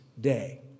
day